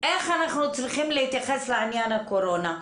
איך אנחנו צריכים להתייחס לעניין הקורונה.